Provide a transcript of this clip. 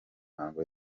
mihango